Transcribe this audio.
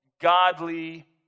godly